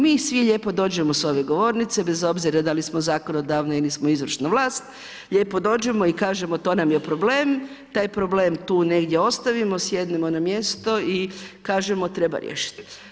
Mi svi lijepo dođemo sa ove govornice bez obzira da li smo zakonodavna ili smo izvršna vlast, lijepo dođemo i kažemo to nam je problem, taj problem tu negdje ostavimo, sjednemo na mjesto i kažemo treba riješiti.